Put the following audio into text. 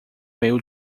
meio